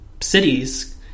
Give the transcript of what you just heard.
cities